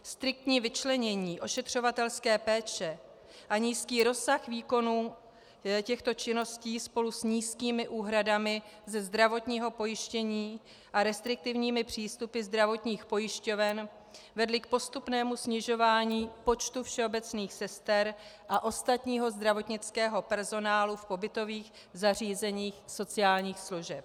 Striktní vyčlenění ošetřovatelské péče a nízký rozsah výkonů těchto činností spolu s nízkými úhradami ze zdravotního pojištění a restriktivními přístupy zdravotních pojišťoven vedly k postupnému snižování počtu všeobecných sester a ostatního zdravotnického personálu v pobytových zařízeních sociálních služeb.